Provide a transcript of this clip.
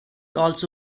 also